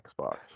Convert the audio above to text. Xbox